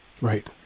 Right